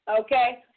Okay